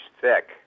thick